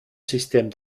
système